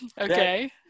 Okay